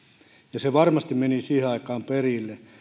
ja se varmasti meni siihen aikaan perille